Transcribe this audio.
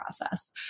process